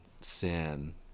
sin